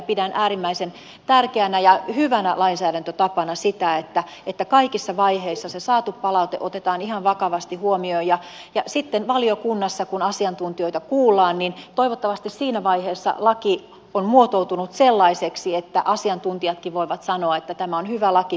pidän äärimmäisen tärkeänä ja hyvänä lainsäädäntötapana sitä että kaikissa vaiheissa se saatu palaute otetaan ihan vakavasti huomioon ja sitten valiokunnassa kun asiantuntijoita kuullaan toivottavasti siinä vaiheessa laki on muotoutunut sellaiseksi että asiantuntijatkin voivat sanoa että tämä on hyvä laki pistäkää vaan eteenpäin